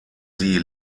sie